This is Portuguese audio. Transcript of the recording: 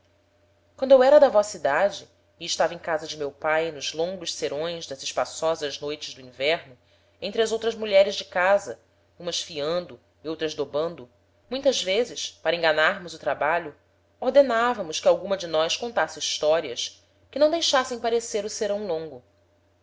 quando eu era da vossa edade e estava em casa de meu pae nos longos serões das espaçosas noites do inverno entre as outras mulheres de casa umas fiando e outras dobando muitas vezes para enganarmos o trabalho ordenavamos que alguma de nós contasse historias que não deixassem parecer o serão longo